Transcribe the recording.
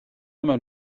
mewn